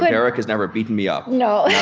yeah derek has never beaten me up no,